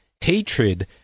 hatred